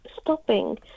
stopping